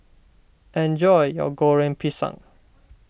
enjoy your Goreng Pisang